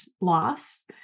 loss